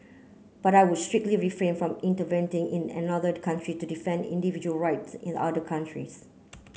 but I would strictly refrain from in another country to defend individual rights in the other countries